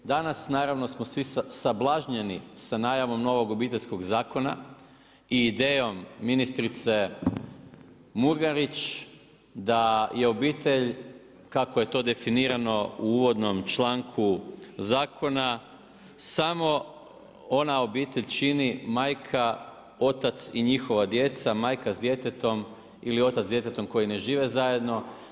Dana, naravno smo svi sablažnjeni sa najavom novog obiteljskog zakona i idejom ministrice Murganić da je obitelj, kako je to definirano u uvodnom članku zakona, samo ona obitelj čini, majka, otac i njihova djece, majka s djetetom ili otac s djetetom koji ne žive zajedno.